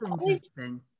interesting